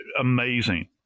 amazing